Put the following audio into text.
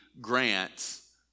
grants